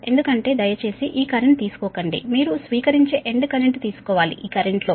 ఎందుకంటే దయచేసి ఈ కరెంట్ తీసుకోకండి మీరు స్వీకరించే ఎండ్ కరెంట్ తీసుకోవాలి ఈ కరెంట్ లో